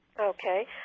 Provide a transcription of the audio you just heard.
Okay